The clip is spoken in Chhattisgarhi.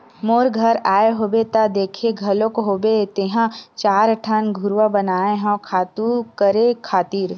मोर घर आए होबे त देखे घलोक होबे तेंहा चार ठन घुरूवा बनाए हव खातू करे खातिर